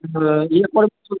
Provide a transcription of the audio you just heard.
হুম ইয়ে করে